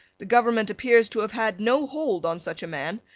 the government appears to have had no hold on such a man,